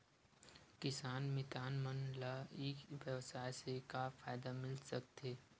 किसान मितान मन ला ई व्यवसाय से का फ़ायदा मिल सकथे?